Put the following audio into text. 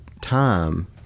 time